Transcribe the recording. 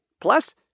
plus